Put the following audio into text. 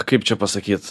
kaip čia pasakyt